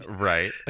right